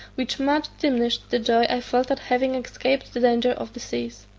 which much diminished the joy i felt at having escaped the danger of the seas.